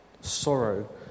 sorrow